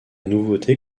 nouveauté